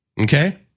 okay